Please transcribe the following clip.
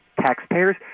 Taxpayers